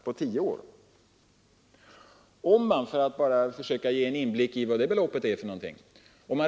Låt oss försöka få en inblick i vad det beloppet innebär.